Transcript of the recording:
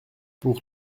pour